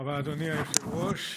אדוני היושב-ראש,